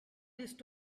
list